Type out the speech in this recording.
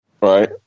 Right